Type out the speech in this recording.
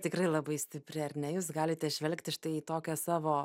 tikrai labai stipri ar ne jūs galite žvelgti štai į tokią savo